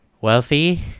wealthy